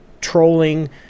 trolling